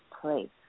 place